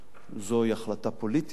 זוהי החלטה פוליטית,